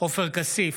עופר כסיף,